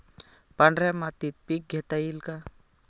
पांढऱ्या मातीत पीक घेता येईल का?